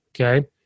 okay